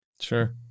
Sure